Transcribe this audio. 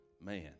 Man